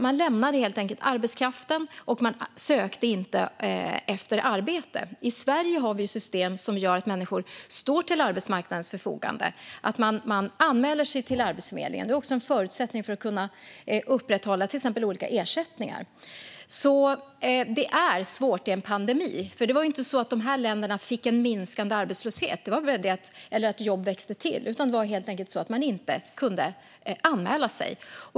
Man lämnade helt enkelt arbetskraften, och man sökte inte efter arbete. I Sverige har vi ett system där människor står till arbetsmarknadens förfogande. Man anmäler sig till Arbetsförmedlingen. Det är också en förutsättning för att uppbära olika ersättningar. Det är alltså svårt att jämföra i en pandemi. Det var ju inte så att de här länderna fick minskande arbetslöshet eller tillväxt av jobb, utan det var helt enkelt så att man inte kunde anmäla sig.